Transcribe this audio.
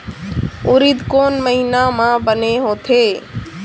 उरीद कोन महीना म बने होथे?